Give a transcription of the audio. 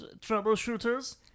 troubleshooters